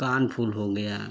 कानफूल हो गया